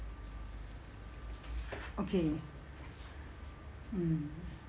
okay mm